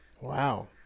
Wow